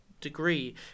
degree